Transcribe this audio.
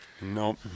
Nope